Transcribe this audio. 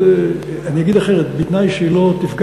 אני אגיד אחרת: בתנאי שהיא לא תפגע